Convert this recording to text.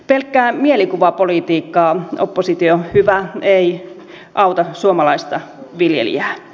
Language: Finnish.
pelkkä mielikuvapolitiikka oppositio hyvä ei auta suomalaista viljelijää